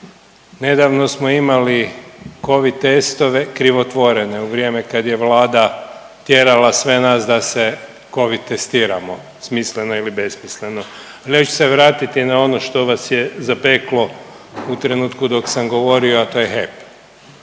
Nedavno smo imali Covid testove krivotvorene u vrijeme kad je Vlada tjerala sve nas da se Covid testiramo, smisleno ili besmisleno. No, ja ću se vratiti na ono što vas je zapeklo u trenutku dok sam govorio, a to je HEP.